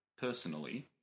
personally